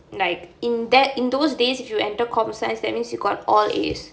like in that in those days you enter computer science that means you got all A's